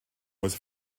was